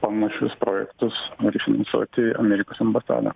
panašius projektus nori finansuoti amerikos ambasada